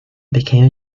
became